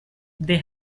they